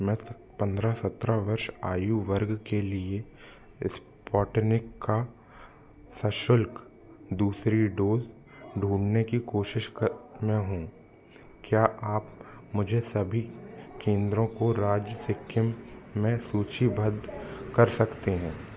मैं पंद्रह सत्रह वर्ष आयु वर्ग के लिए स्पुतनिक का सशुल्क दूसरी डोज़ ढूँढने की कोशिश में हूँ क्या आप ऐसे सभी केंद्रों को राज्य सिक्किम में सूचिबद्ध कर सकते हैं